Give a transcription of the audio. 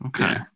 okay